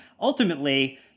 ultimately